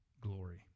glory